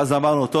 ואז אמרנו: טוב,